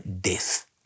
death